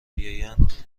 بیایند